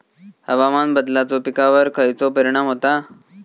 हवामान बदलाचो पिकावर खयचो परिणाम होता?